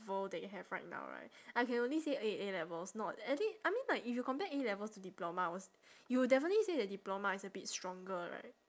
~vel that you have right now right I can only say A~ A-levels not actually I mean like if you compare A-levels to diplomas you will definitely say that diploma is a bit stronger right